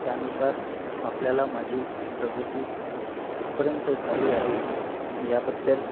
त्यानुसार आपल्याला माझी प्रगती कुठपर्यंत झाली आहे याबद्दल